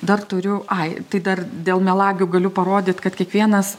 dar turiu ai tai dar dėl melagių galiu parodyt kad kiekvienas